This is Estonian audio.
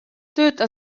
tööta